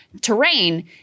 terrain